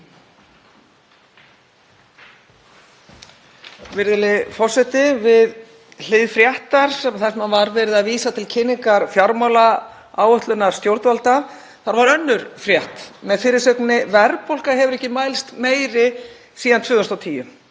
Virðulegi forseti. Við hlið fréttar þar sem var verið að vísa til kynningar fjármálaáætlunar stjórnvalda var önnur frétt með fyrirsögninni: Verðbólga hefur ekki mælst meiri síðan 2010.